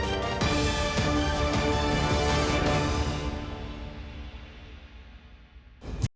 Дякую